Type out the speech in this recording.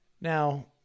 Now